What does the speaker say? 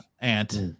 Aunt